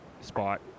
spot